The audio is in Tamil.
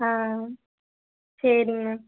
ஆ சரிங் மேம்